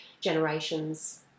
generations